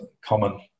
common